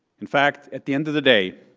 in fact, at the end of the day,